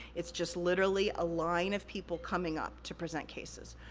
it's just literally a line of people coming up to present cases.